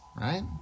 right